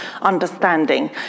understanding